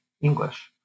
English